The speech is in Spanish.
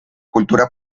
cultura